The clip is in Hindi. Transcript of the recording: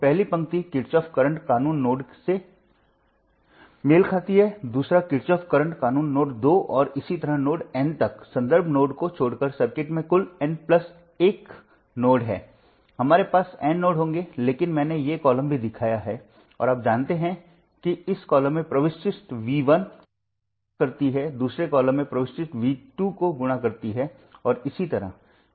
पहली पंक्ति किरचॉफ करंट कानून नोड एक से मेल खाती है दूसरा किरचॉफ करंट कानून नोड दो और इसी तरह नोड N तक संदर्भ नोड को छोड़कर सर्किट में कुल N एक नोड हैं हमारे पास N नोड्स होंगे लेकिन मैंने ये कॉलम भी दिखाए हैं और आप जानते हैं कि इस कॉलम में प्रविष्टि V1 को गुणा करती है दूसरे कॉलम में प्रविष्टियाँ V2 को गुणा करती हैं और इसी तरह